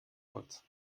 holz